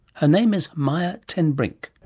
her name is maia ten brink.